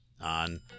on